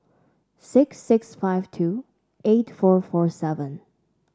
six six five two eight four four seven